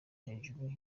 hejuru